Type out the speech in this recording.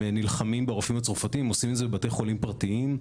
נלחמים ברופאים הצרפתים ועושים את זה בתי חולים פרטיים.